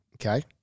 okay